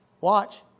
Watch